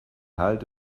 halt